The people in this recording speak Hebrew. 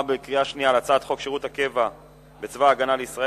בקריאה שנייה על הצעת חוק שירות הקבע בצבא-הגנה לישראל